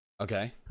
Okay